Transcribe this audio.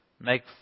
make